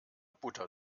butter